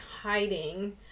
hiding